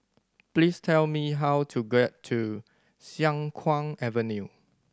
please tell me how to get to Siang Kuang Avenue